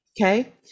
Okay